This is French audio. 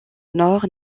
nord